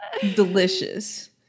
Delicious